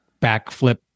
backflip